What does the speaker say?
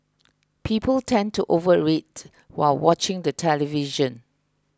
people tend to overeat while watching the television